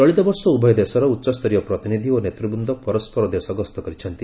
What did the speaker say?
ଚଳିତ ବର୍ଷ ଉଭୟ ଦେଶର ଉଚ୍ଚସ୍ତରୀୟ ପ୍ରତିନିଧ୍ୱ ଓ ନେତୃବୃନ୍ଦ ପରସ୍କରର ଦେଶ ଗସ୍ତ କରିଛନ୍ତି